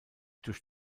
durch